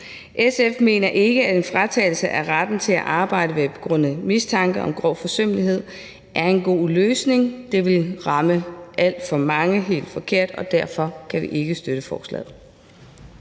SF mener ikke, at en fratagelse af retten til at arbejde ved begrundet mistanke om grov forsømmelighed er en god løsning. Det vil ramme alt for mange helt forkert, og derfor kan vi ikke støtte forslaget.